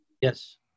Yes